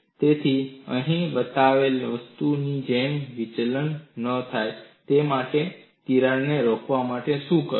તેથી અહીં બતાવેલ વસ્તુની જેમ વિચલન ન થાય તે માટે તિરાડને રોકવા માટે શું કરવું